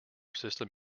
system